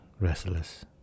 restless